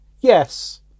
yes